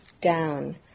down